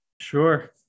Sure